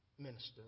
Minister